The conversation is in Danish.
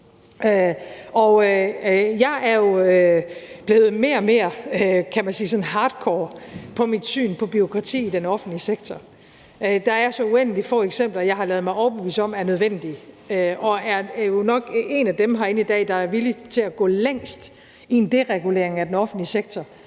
Jeg er jo blevet mere og mere – kan man sige – sådan hardcore på mit syn på bureaukrati i den offentlige sektor. Der er så uendelig få eksempler, jeg har ladet mig overbevise om er nødvendige, og jeg er jo nok en af dem herinde i dag, der er villige til at gå længst i en deregulering af den offentlige sektor,